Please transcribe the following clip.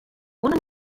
una